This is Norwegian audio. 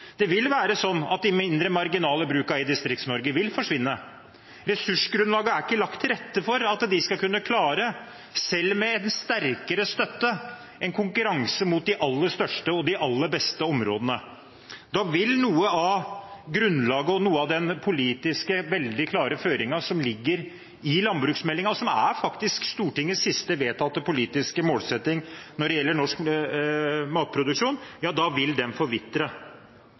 Det vil være sånn at de mindre, marginale brukene i Distrikts-Norge vil forsvinne. Ressursgrunnlaget er ikke lagt til rette for at de selv med en sterkere støtte skal kunne klare en konkurranse mot de aller største og de aller beste områdene. Da vil noe av grunnlaget og noe av den politisk veldig klare føringen som ligger i landbruksmeldingen, og som faktisk er Stortingets siste vedtatte politiske målsetting når det gjelder norsk matproduksjon, forvitre. Da vil også noe av den